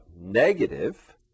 Negative